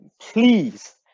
please